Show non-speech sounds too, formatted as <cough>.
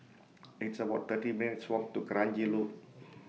<noise> It's about thirty minutes' Walk to Kranji Loop